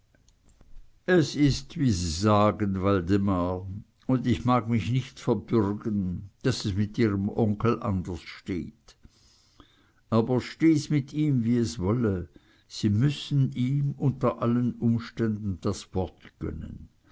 es ist wie sie sagen waldemar und ich mag mich nicht verbürgen daß es mit ihrem onkel anders steht aber steh es mit ihm wie's wolle sie müssen ihm unter allen umständen das wort gönnen